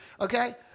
Okay